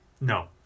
No